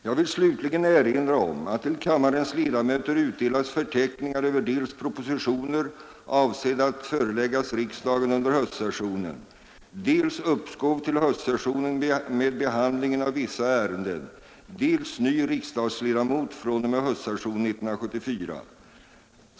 Jag vill slutligen erinra om att till kammarens ledamöter utdelats förteckningar över dels propositioner avsedda att föreläggas riksdagen under höstsessionen, dels uppskov till höstsessionen med behandlingen av vissa ärenden, dels ny riksdagsledamot fr.o.m. höstsessionen 1974.